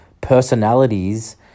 personalities